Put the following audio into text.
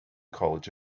college